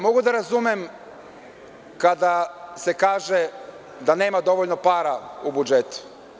Mogu da razumem kada se kaže da nema dovoljno para u budžetu.